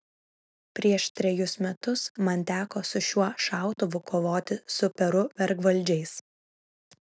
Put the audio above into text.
prieš trejus metus man teko su šiuo šautuvu kovoti su peru vergvaldžiais